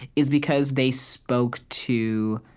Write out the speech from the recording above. is because they spoke to